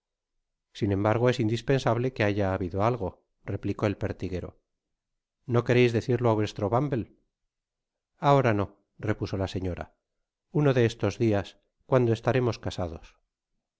sin embargo es indispensable que haya habido algo replicó el pertiguero no quereis decirlo á vuestro bumble ahora no repuso la señora uno de estos dias cuando estarémos casados